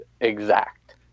exact